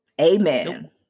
Amen